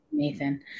Nathan